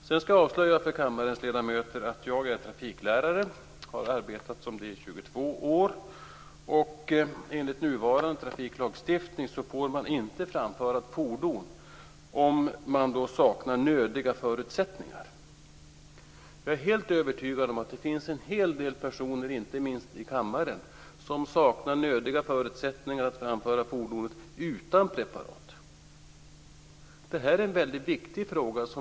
Sedan skall jag avslöja för kammarens ledamöter att jag är trafiklärare sedan 22 år, och enligt nuvarande trafiklagstiftning får man inte framföra ett fordon om man saknar nödiga förutsättningar. Jag är helt övertygad om att det finns en hel del personer, inte minst i kammaren, som saknar nödiga förutsättningar att framföra ett fordon även utan preparat. Det här är en väldigt viktig fråga.